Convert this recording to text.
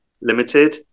Limited